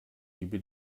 gebe